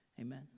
Amen